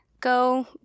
Go